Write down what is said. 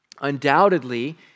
Undoubtedly